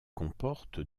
comporte